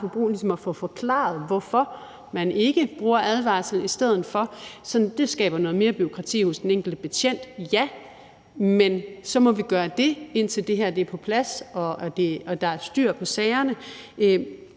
at få forklaret, hvorfor man ikke bruger advarsel i stedet for. Det skaber noget mere bureaukrati for den enkelte betjent, ja, men så må vi gøre det, indtil det her er på plads og der er styr på sagerne.